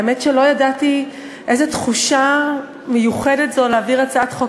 האמת שלא ידעתי איזו תחושה מיוחדת זו להעביר הצעת חוק